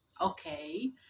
okay